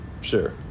sure